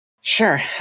Sure